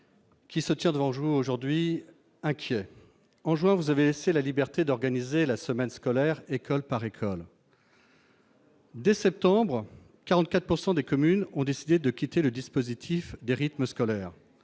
qui se tient aujourd'hui, inquiet, devant vous. En juin dernier, vous avez laissé la liberté d'organiser la semaine scolaire école par école. Dès septembre, 44 % des communes ont décidé de quitter le dispositif des rythmes scolaires.